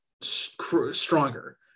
stronger